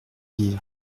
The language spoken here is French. dire